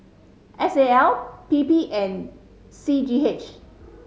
S A L P P and C G H